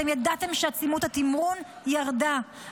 אתם ידעתם שעצימות התמרון ירדה,